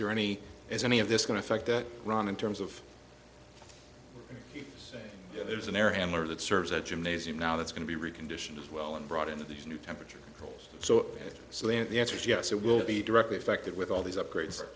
there any is any of this going to affect that run in terms of you know there's an air handler that serves a gymnasium now that's going to be reconditioned as well and brought into these new temperature goals so slant the answer is yes it will be directly affected with all these upgrades